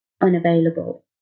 unavailable